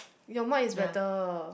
your mic is better